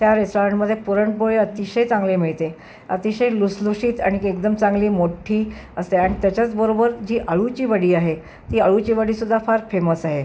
त्या रेस्टॉरंटमध्ये पुरणपोळी अतिशय चांगली मिळते अतिशय लुसलुशीत आणिक एकदम चांगली मोठी असते आणि त्याच्याच बरोबर जी अळूची वडी आहे ती अळूची वडीसुद्धा फार फेमस आहे